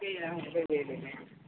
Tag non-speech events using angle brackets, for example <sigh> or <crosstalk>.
<unintelligible>